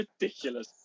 ridiculous